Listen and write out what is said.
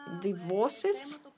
divorces